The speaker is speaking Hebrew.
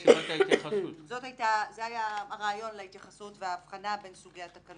זה היה הרעיון להתייחסות וההבחנה בין סוגי התקנות.